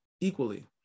equally